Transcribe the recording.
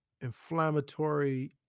inflammatory